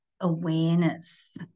awareness